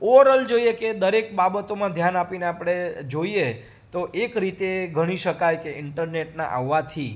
overall જોઈએ કે દરેક બાબતોમાં ધ્યાન આપીને આપણે જોઈએ તો એક રીતે ઘણી શકાય કે ઈન્ટરનેટના આવવાથી